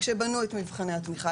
כשבנו את מבחני התמיכה,